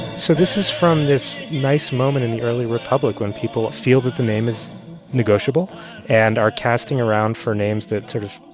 so this is from this nice moment in the early republic when people feel that the name is negotiable and are casting around for names that sort of,